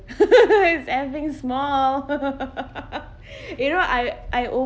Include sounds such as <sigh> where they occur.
<laughs> it's effing small <laughs> you know I I